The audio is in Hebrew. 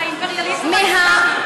על האימפריאליזם האסלאמי?